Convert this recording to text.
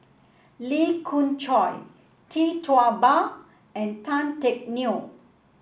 Lee Khoon Choy Tee Tua Ba and Tan Teck Neo